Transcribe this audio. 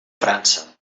frança